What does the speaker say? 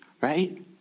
right